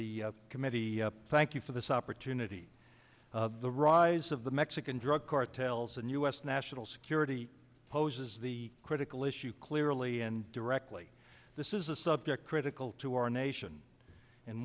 the committee thank you for this opportunity of the rise of the mexican drug cartels and u s national security poses the critical issue clearly and directly this is a subject critical to our nation